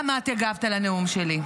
גם את הגבת על נאום שלי,